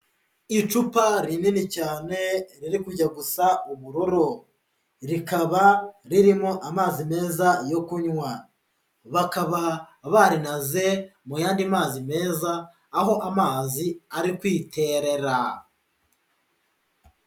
Icupa rinini cyane riri kujya gusa ubururu, rikaba ririmo amazi meza yo kunywa bakaba barinaze mu yandi mazi meza aho amazi ari kwiterera.